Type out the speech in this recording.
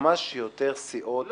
לכמה שיותר סיעות מהכנסת.